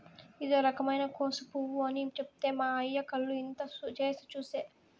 ఇదో రకమైన కోసు పువ్వు అని చెప్తే మా అయ్య కళ్ళు ఇంత చేసి చూసే